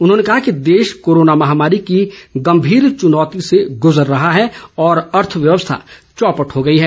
उन्होंने कहा कि देश कोरोना महामारी की गंभीर चुनौती से गुजर रहा है और अर्थव्यवस्था चौपट हो गई है